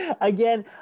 again